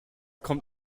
kommt